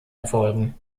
erfolgen